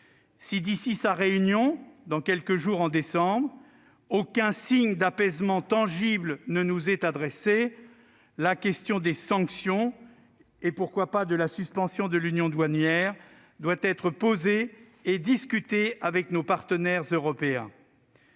de décembre, soit dans quelques jours, aucun signe d'apaisement tangible ne nous est adressé, la question des sanctions et pourquoi pas de la suspension de l'union douanière doit être posée et discutée avec nos partenaires européens.